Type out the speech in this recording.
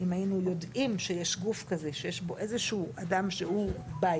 אם היינו יודעים שיש גוף כזה שיש בו איזשהו אדם שהוא בעייתי,